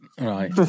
right